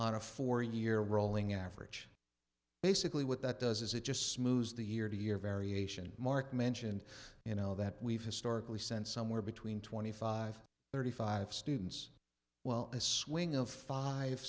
on a four year rolling average basically what that does is it just smoothes the year to year variation marc mentioned you know that we've historically sent somewhere between twenty five thirty five students while a swing of five